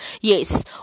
Yes